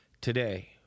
Today